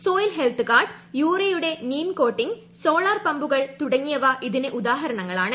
soil health card യൂറിയയുടെ ്യൂനീം coating solar പമ്പുകൾ തുടങ്ങിയവ ഇതിന് ഉദാഹരണങ്ങളാണ്